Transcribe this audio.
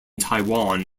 taiwan